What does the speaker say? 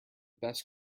best